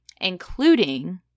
including